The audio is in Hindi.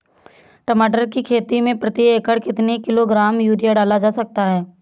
टमाटर की खेती में प्रति एकड़ कितनी किलो ग्राम यूरिया डाला जा सकता है?